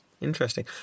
interesting